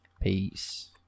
Peace